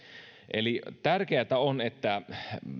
eli tärkeätä on että